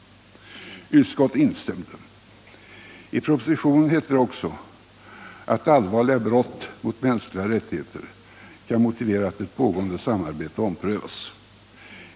Utskottet instämde. I propositionen hette det också: ” Allvarliga brott mot mänskliga rättigheter kan motivera att ett pågående samarbete omprövas.